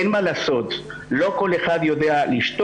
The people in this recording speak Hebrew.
אין מה לעשות, לא כל אחד יודע לשתות.